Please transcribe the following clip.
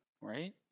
right